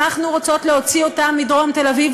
אנחנו רוצות להוציא אותם מדרום תל-אביב,